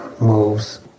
moves